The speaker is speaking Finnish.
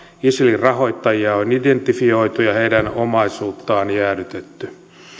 isilin rahoittajia on identifioitu ja heidän omaisuuttaan jäädytetty